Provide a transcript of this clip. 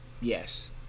yes